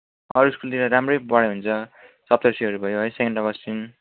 अरू स्कुलतिर राम्रै पढाइ हुन्छ सप्तश्रीहरू भयो है सेन्ट अगस्टिन